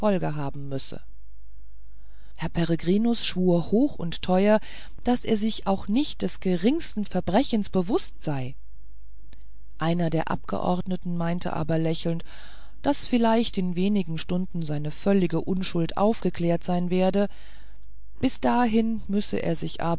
haben müsse herr peregrinus schwur hoch und teuer daß er sich auch nicht des geringsten verbrechens bewußt sei einer der abgeordneten meinte aber lächelnd daß vielleicht in wenigen stunden seine völlige unschuld aufgeklärt sein werde bis dahin müsse er sich